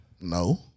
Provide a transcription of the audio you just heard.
No